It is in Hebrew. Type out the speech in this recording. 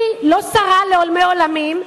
אני לא שרה לעולמי עולמים,